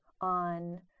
on